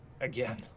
again